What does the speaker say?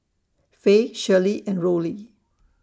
Faye Shirley and Rollie